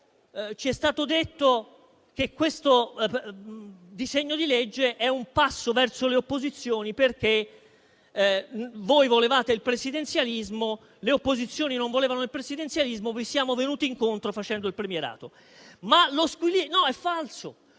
ci è stato detto che questo disegno di legge è un passo verso le opposizioni, perché voi volevate il presidenzialismo, le opposizioni non lo volevano e quindi ci siete venuti incontro facendo il premierato. No, è falso.